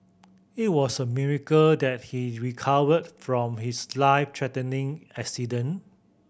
it was a miracle that he recovered from his life threatening accident